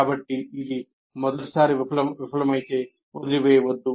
కాబట్టి ఇది మొదటిసారి విఫలమైతే వదిలివేయవద్దు